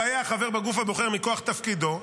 היה חבר בגוף הבוחר מכוח תפקידו,